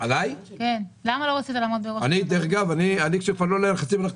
כשהפעילו עלי לחצים פניתי